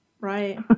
Right